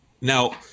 now